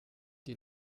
die